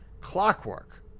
clockwork